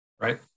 Right